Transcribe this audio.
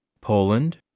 Poland